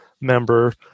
member